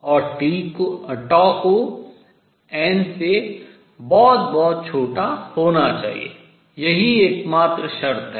और को n से बहुत बहुत छोटा होना चाहिए यही एकमात्र शर्त है